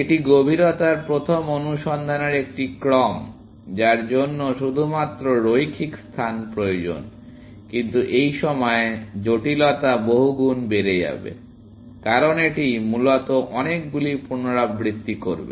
এটি গভীরতার প্রথম অনুসন্ধানের একটি ক্রম যার জন্য শুধুমাত্র রৈখিক স্থান প্রয়োজন কিন্তু এই সময় জটিলতা বহুগুণ বেড়ে যাবে কারণ এটি মূলত অনেকগুলি পুনরাবৃত্তি করবে